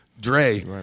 Dre